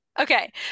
Okay